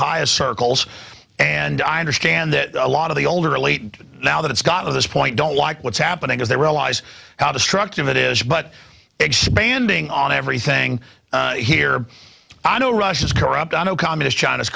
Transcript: highest circles and i understand that a lot of the older lady now that it's gotten this point don't want what's happening as they realize how destructive it is but expanding on everything here i know russia is corrupt i know communist china